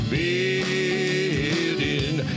building